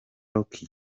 rock